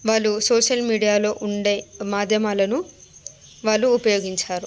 వాళ్ళు సోషల్ మీడియాలో ఉండే మాధ్యమాలను వాళ్ళు ఉపయోగించారు